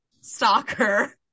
stalker